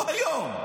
לא היום,